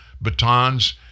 batons